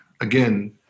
again